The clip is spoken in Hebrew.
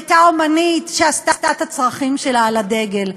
הייתה אמנית שעשתה את הצרכים שלה על הדגל,